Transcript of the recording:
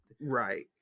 right